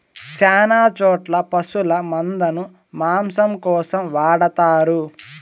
శ్యాన చోట్ల పశుల మందను మాంసం కోసం వాడతారు